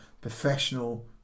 professional